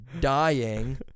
dying